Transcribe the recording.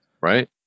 right